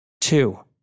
Two